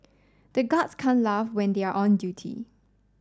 the guards can't laugh when they are on duty